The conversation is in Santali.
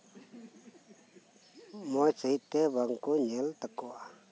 ᱢᱚᱸᱡ ᱥᱟᱺᱦᱤᱡ ᱛᱮ ᱵᱟᱝᱠᱚ ᱧᱮᱞ ᱛᱟᱠᱚᱣᱟ